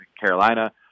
Carolina